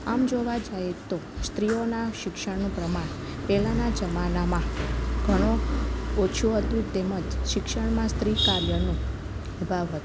આમ જોવા જઈએ તો સ્ત્રીઓના શિક્ષણનું પ્રમાણ પહેલાંના જમાનામાં ઘણું ઓછું હતું તેમજ શિક્ષણમાં સ્ત્રી કાર્યનો અભાવ હતો